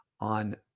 on